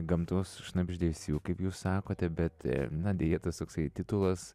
gamtos šnabždesių kaip jūs sakote bet na deja tas toksai titulas